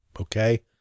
Okay